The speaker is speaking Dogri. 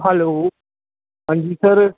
हैलो हां जी सर